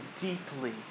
deeply